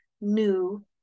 new